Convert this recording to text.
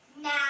now